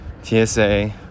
tsa